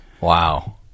wow